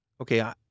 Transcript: Okay